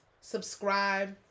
subscribe